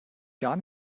gar